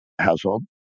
household